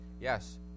yes